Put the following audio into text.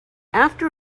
after